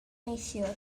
neithiwr